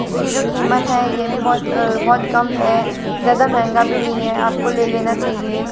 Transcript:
इसकी जो कीमत है ये भी बहुत बहौत कम है ज़्यादा महंगा भी नहीं है आपको ले लेना चाहिए